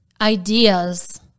ideas